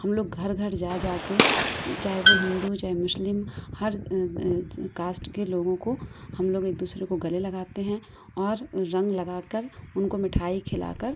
हम लोग घर घर जा जा के चाहे वह हिंदू हो चाहे मुस्लिम हर कास्ट के लोगों को हम लोग एक दूसरे को गले लगाते हैं और रंग लगा कर उनको मिठाई खिला कर